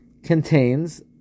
contains